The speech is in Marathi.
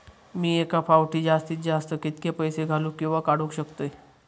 मी एका फाउटी जास्तीत जास्त कितके पैसे घालूक किवा काडूक शकतय?